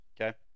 Okay